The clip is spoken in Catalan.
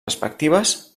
respectives